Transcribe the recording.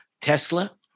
Tesla